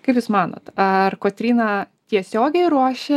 kaip jūs manot ar kotryna tiesiogiai ruošė